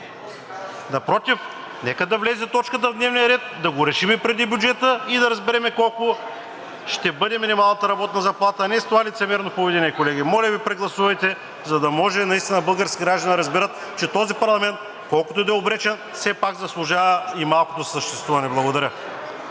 Напротив, нека да влезе точката в дневния ред, да го решим преди бюджета и да разберем колко ще бъде минималната работна заплата, а не с това лицемерно поведение, колеги. Моля Ви, прегласувайте, за да може наистина българските граждани да разберат, че този парламент, колкото и да е обречен, все пак заслужава и малкото си съществуване! Благодаря.